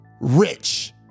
rich